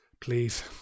please